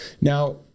Now